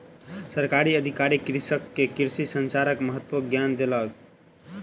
सरकारी अधिकारी कृषक के कृषि संचारक महत्वक ज्ञान देलक